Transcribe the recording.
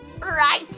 Right